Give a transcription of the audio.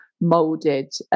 molded